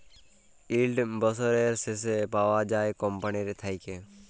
yield বসরের শেষে পাউয়া যায় কম্পালির থ্যাইকে